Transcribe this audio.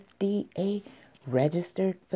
FDA-registered